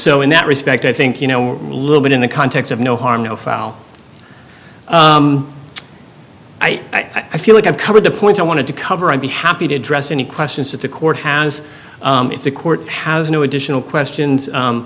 so in that respect i think you know a little bit in the context of no harm no foul i i feel like i've covered the point i wanted to cover i'd be happy to address any questions that the court has it's a court has no additional questions